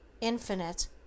infinite